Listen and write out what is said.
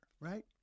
right